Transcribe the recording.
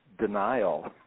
denial